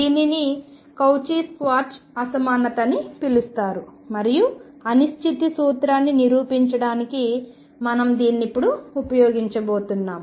దీనిని Cauchy Schwarz అసమానత అని పిలుస్తారు మరియు అనిశ్చితి సూత్రాన్ని నిరూపించడానికిమనం దీన్ని ఇప్పుడు ఉపయోగించబోతున్నాము